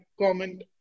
comment